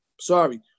Sorry